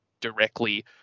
directly